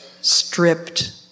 stripped